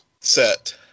set